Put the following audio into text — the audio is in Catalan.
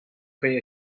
feia